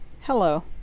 hello